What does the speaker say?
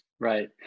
Right